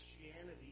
Christianity